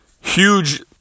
huge